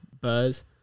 buzz